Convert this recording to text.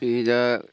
जिखिजा